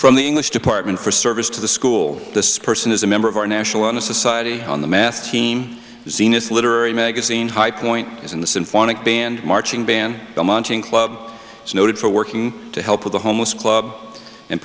from the english department for service to the school this person is a member of our national honor society on the math team xena's literary magazine high point as in the symphonic band marching band the mounting club is noted for working to help with the homeless club and